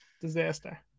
Disaster